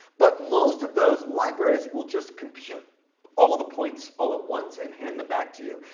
but most of those libraries will just compute all of the points all at once and hand them back to you.